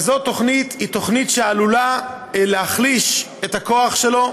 תוכנית כזאת עלולה להחליש את הכוח שלו,